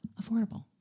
affordable